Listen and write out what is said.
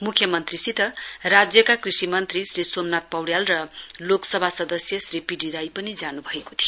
मुख्यमन्त्रीसित राज्यका कृषि मन्त्री श्री सोमनाथ पौड्याल र लोकसभा सदस्य श्री पी डी राई पनी जान्भएको थियो